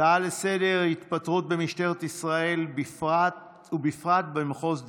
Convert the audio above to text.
הצעות לסדר-היום: התפטרויות במשטרת ישראל ובפרט במחוז הדרום,